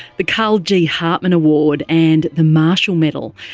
the carl g hartman award and the marshall medal.